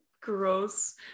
gross